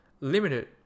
limited